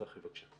צחי, בבקשה.